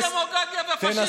לא בגלל דמוקרטיה ופשיזם.